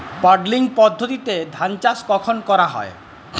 Puddling পদ্ধতিতে ধান চাষ কখন করা হয়?